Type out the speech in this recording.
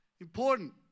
important